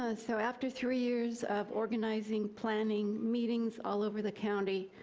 ah so after three years of organizing, planning meetings all over the county,